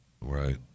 right